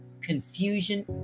confusion